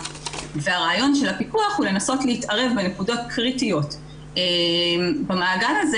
והרעיון של הפיקוח הוא לנסות להתערב בנקודות קריטיות במעגל הזה,